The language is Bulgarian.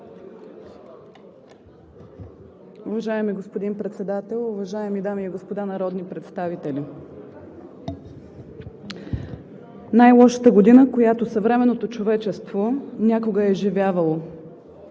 Уважаеми господин Председател, уважаеми дами и господа народни представители! „Най-лошата година, която съвременното човечество някога е изживявало.“